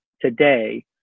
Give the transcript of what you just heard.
today